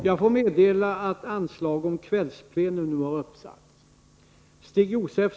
Jag får meddela att anslag om kvällsplenum nu uppsatts.